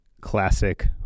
classic